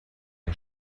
mir